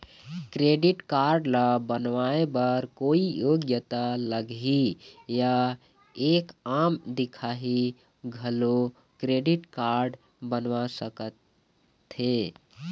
Credit card ला बनवाए बर कोई योग्यता लगही या एक आम दिखाही घलो क्रेडिट कारड बनवा सका थे?